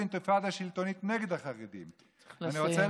אני רואה בזה אינתיפאדה שלטונית נגד החרדים.